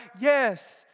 Yes